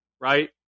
right